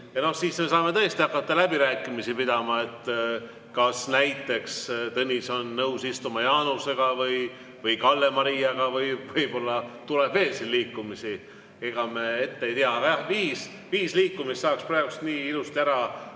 Ja siis me saame tõesti hakata läbirääkimisi pidama, et kas näiteks Tõnis on nõus istuma Jaanusega või Kalle Mariaga või tuleb veel siin liikumisi. Ega me ette ei tea. Viis liikumist saaks praegu veel ilusti ära